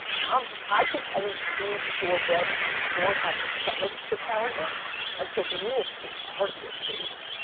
um i think any true purebred entrepreneur has the stomach for challenges and so for me it's just part of the equation.